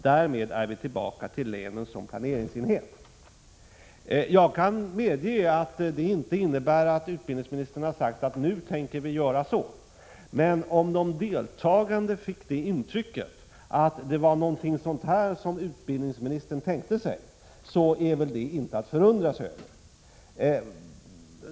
Därmed är vi tillbaka till länen som planeringsenhet.” Jag kan medge att detta inte innebär att utbildningsministern har sagt att nu tänker vi göra så. Men om de deltagande fick intrycket att det var någonting sådant som utbildningsministern tänkte sig, så är väl det inte att förundra sig över.